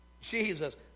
Jesus